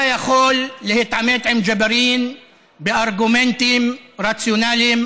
אתה יכול להתעמת עם ג'בארין בארגומנטים רציונליים,